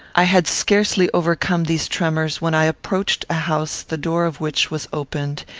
i had scarcely overcome these tremors, when i approached a house the door of which was opened,